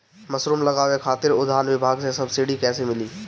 Mushroom लगावे खातिर उद्यान विभाग से सब्सिडी कैसे मिली?